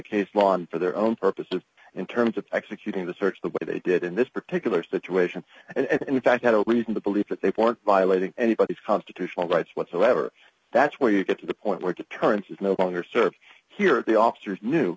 law on for their own purposes in terms of executing the search the way they did in this particular situation and if i had a reason to believe that they for violating anybody's constitutional rights whatsoever that's when you get to the point where deterrence is no longer served here at the officers knew